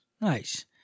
nice